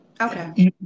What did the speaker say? Okay